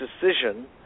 decision